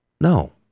No